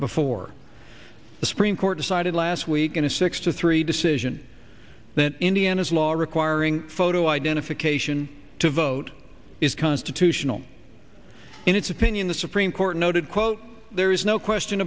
before the supreme court decided last week in a six to three decision that indiana's law requiring photo identification to vote is constitutional in its opinion the supreme court noted quote there is no question